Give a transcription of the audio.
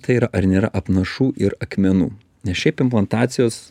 tai yra ar nėra apnašų ir akmenų nes šiaip implantacijos